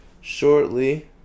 Shortly